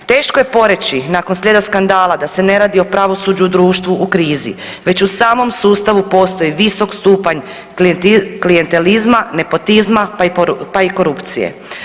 Teško je poreći nakon slijeda skandala da se ne radi o pravosuđu, o društvu u krizi već u samom sustavu postoji visok stupanj klijentelizma, nepotizma, pa i korupcije.